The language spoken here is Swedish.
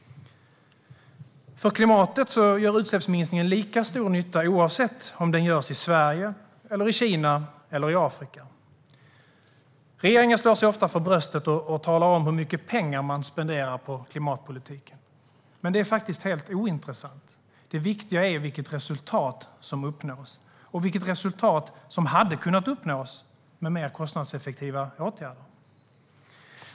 För klimatet gör utsläppsminskningen lika stor nytta oavsett om den görs i Sverige, i Kina eller i Afrika. Regeringen slår sig ofta för bröstet och talar om hur mycket pengar man spenderar på klimatpolitiken. Men det är faktiskt helt ointressant. Det viktiga är vilket resultat som nås och vilket resultat som hade kunnat uppnås med mer kostnadseffektiva åtgärder.